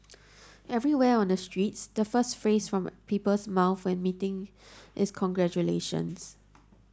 everywhere on the streets the first phrase from people's mouths when meeting is congratulations